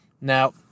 Now